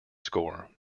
score